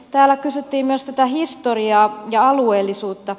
täällä kysyttiin myös historiaa ja alueellisuutta